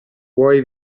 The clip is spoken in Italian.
vuoi